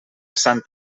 sant